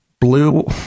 blue